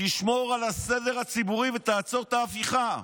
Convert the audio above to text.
תשמור על הסדר הציבורי ותעצור את ההפיכה.